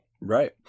Right